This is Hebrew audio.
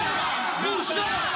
בושה,